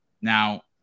now